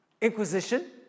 Inquisition